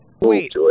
Wait